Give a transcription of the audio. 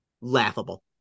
Laughable